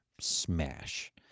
smash